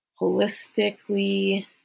holistically